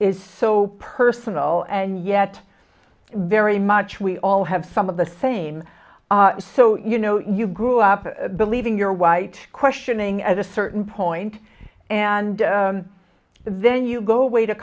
is so personal and yet very much we all have some of the same so you know you grew up a believing your white questioning at a certain point and then you go away to